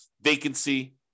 vacancy